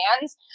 hands